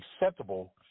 acceptable